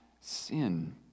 sin